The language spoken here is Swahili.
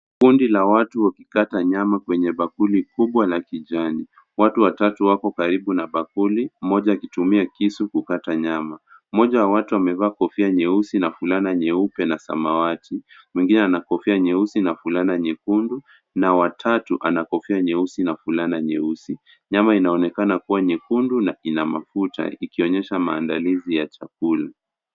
Kundi la watu wakikata nyama kwenye bakuli kubwa la kijani. Watu watatu wako karibu na bakuli mmoja akitumia kisu kukata nyama. Mmoja wa watu amevaa kofia nyeusi na fulana nyeupe na samawati, mwingine ana kofia ana kofia nyeusi na fulana nyekundu na wa tatu ana kofia nyeusi na fulana nyeusi. Nyama inaonekana kuwa nyekundu na ina mafuta ikionyesha maandalizi ya chakula.